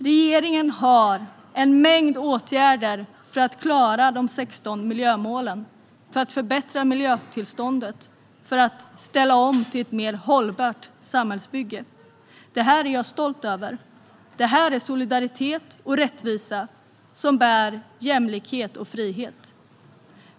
Regeringen har en mängd åtgärder för att klara de 16 miljömålen, för att förbättra miljötillståndet och för att ställa om till ett mer hållbart samhällsbygge. Det här är jag stolt över. Det här är solidaritet och rättvisa som bär jämlikhet och frihet.